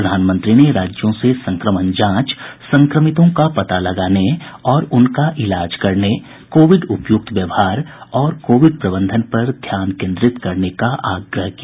प्रधानमंत्री ने राज्यों से संक्रमण जांच संक्रमितों का पता लगाने और उनका इलाज करने कोविड उपयुक्त व्यवहार और कोविड प्रबंधन पर ध्यान केंद्रित करने का आग्रह किया